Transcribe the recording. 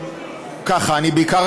ככה: אני בעיקר